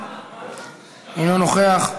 אינו נוכח,